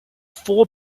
four